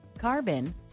carbon